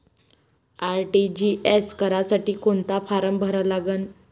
RTGS करासाठी कोंता form भरा लागन?